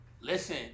Listen